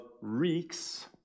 reeks